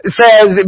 says